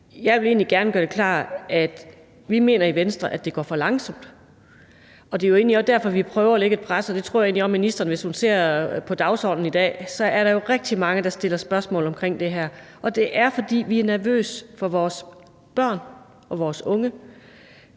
egentlig gerne gøre det klart, at vi i Venstre mener, at det går for langsomt. Det er egentlig også derfor, vi prøver at lægge et pres, og det tror jeg egentlig også ministeren, hvis hun ser på dagsordenen i dag, kan se at der er rigtig mange der stiller spørgsmål om. Og det er, fordi vi er nervøse for vores børn og vores unge.